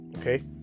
okay